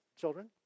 children